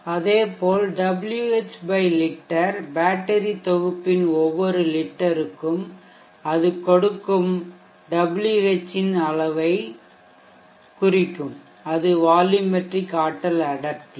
அதேபோல் whலிட்டர் பேட்டரி தொகுப்பின் ஒவ்வொரு லிட்டருக்கும் அது கொடுக்ககும் Wh இன் அளவு அல்லது திறனை குறிக்கும் அது வால்யூமெட்ரிக் ஆற்றல் அடர்த்தி